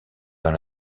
dans